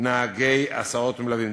נהגי הסעות ומלווים.